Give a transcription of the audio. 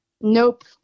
Nope